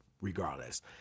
regardless